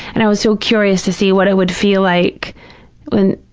and i was so curious to see what it would feel like when,